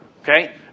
Okay